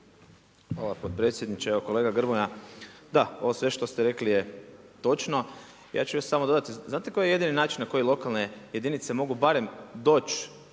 Hvala potpredsjedniče. Evo kolega Grmoja, da ovo sve što ste rekli je točno. Ja ću još samo dodati, znate na koji je jedini način na koje lokalne jedinice mogu barem doći